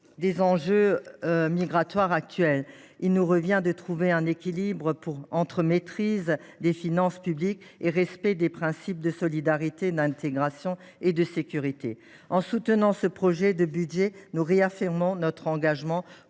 des enjeux migratoires actuels. Il nous revient de trouver un équilibre entre la maîtrise des finances publiques et le respect des principes de solidarité, d’intégration et de sécurité. En soutenant ce projet de budget, nous réaffirmons notre engagement